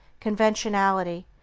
conventionality,